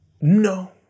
no